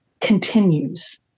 continues